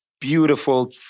beautiful